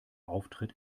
auftritt